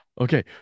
okay